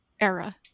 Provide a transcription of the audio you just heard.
era